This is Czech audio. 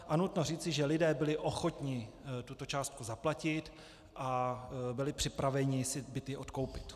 A nutno říci, že lidé byli ochotni tuto částku zaplatit a byli připraveni si byty odkoupit.